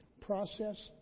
process